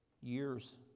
years